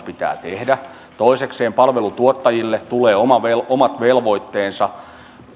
pitää tehdä toisekseen palveluntuottajille tulee omat velvoitteensa